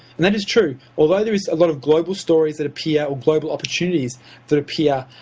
and that is true. although there is a lot of global stories that appear, or global opportunities that appear